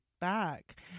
back